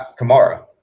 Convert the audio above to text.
kamara